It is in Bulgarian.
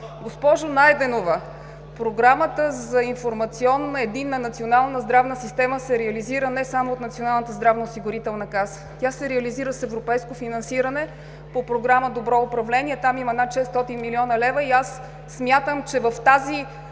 Госпожо Найденова, Програмата за информационна единна национална здравна система се реализира не само от Националната здравноосигурителна каса. Тя се реализира с европейско финансиране по Програма „Добро управление“, а там има над 600 млн. лв. Аз смятам, че в тази